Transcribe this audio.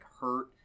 hurt